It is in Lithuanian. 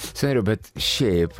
sandriau bet šiaip